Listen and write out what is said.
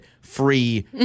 free